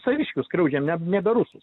saviškius skriaudžiam ne nebe rusus